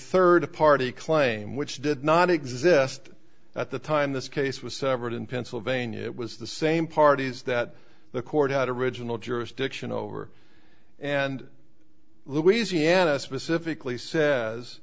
third party claim which did not exist at the time this case was severed in pennsylvania it was the same parties that the court had originally jurisdiction over and louisiana specifically says